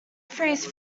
freeze